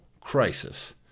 crisis